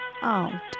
Out